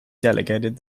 delegated